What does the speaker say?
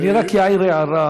אני רק אעיר הערה,